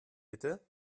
bitte